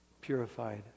purified